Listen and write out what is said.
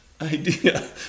idea